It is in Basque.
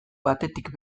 batetik